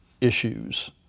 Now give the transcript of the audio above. issues